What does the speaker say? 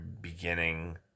beginning